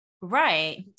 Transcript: Right